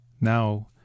Now